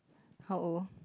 how old